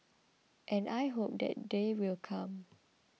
and I hope that day will come